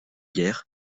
guerres